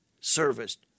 serviced